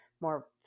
more